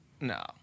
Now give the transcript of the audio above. No